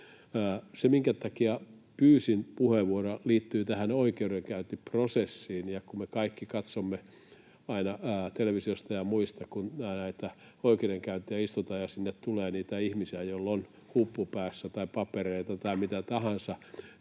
Se, minkä takia pyysin puheenvuoron, liittyy tähän oikeudenkäyntiprosessiin. Kun me kaikki katsomme aina televisiosta ja muista, kun näitä oikeudenkäyntejä istutaan ja sinne tulee niitä ihmisiä, joilla on huppu päässä tai papereita tai mitä tahansa